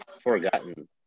forgotten